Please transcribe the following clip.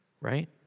right